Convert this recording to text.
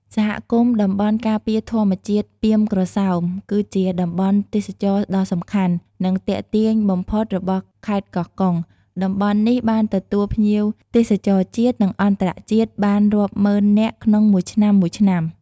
សហគមន៍តំបន់ការពារធម្មជាតិ ពាមក្រសោប គឺជាតំបន់ទេសចរណ៍ដ៏សំខាន់ និងទាក់ទាញបំផុតរបស់ខេត្តកោះកុង តំបន់នេះបានទទួលភ្ញៀវទេសចរជាតិ និងអន្តរជាតិ បានរាប់ម៉ឺននាក់ក្នុងមួយឆ្នាំៗ។